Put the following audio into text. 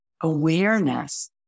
awareness